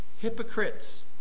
hypocrites